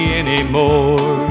anymore